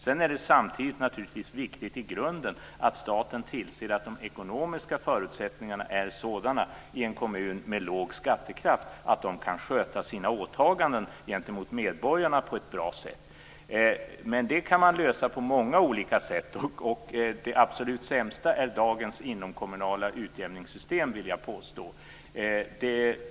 Det är naturligtvis samtidigt viktigt att staten i grunden tillser att de ekonomiska förutsättningarna är sådana i en kommun med låg skattekraft att den kan sköta sina åtaganden gentemot medborgarna på ett bra sätt. Det kan man lösa på många olika sätt. Jag vill påstå att det absolut sämsta är dagens inomkommunala utjämningssystem.